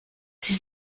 sie